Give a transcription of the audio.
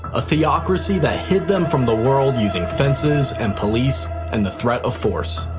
a theocracy that hid them from the world using fences and police and the threat of force.